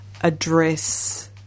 address